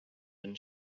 and